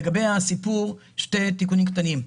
לגבי הסיפור, שני תיקונים קטנים.